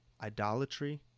idolatry